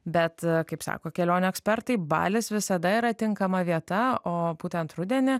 bet kaip sako kelionių ekspertai balis visada yra tinkama vieta o būtent rudenį